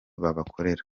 bahakora